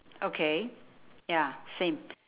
okay ya same